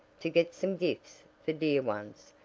to get some gifts for dear ones,